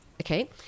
Okay